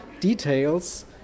details